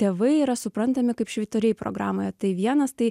tėvai yra suprantami kaip švyturiai programoje tai vienas tai